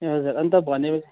ए हजुर अन्त भनेपछि